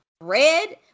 red